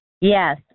Yes